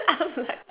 I'm like